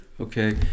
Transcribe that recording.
Okay